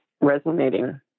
resonating